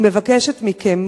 אני מבקשת מכם,